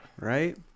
right